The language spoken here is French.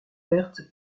verte